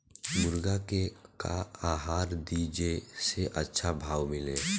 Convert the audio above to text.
मुर्गा के का आहार दी जे से अच्छा भाव मिले?